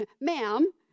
ma'am